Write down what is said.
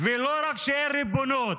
ולא רק שאין ריבונות,